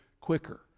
quicker